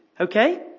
Okay